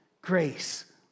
grace